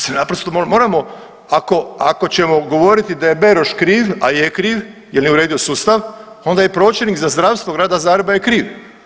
Mislim naprosto moramo, ako ćemo govorit da je Beroš kriv, a je kriv jer nije uredio sustava onda i pročelnik za zdravstvo Grada Zagreba je kriv.